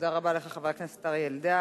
תודה רבה לך, חבר הכנסת אריה אלדד.